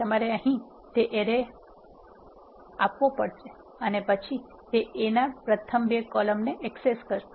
તમારે અહી તે એરે આપવો પડશે અને પછી તે A ના પ્રથમ બે કોલમ ને એક્સેસ કરશે